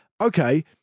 okay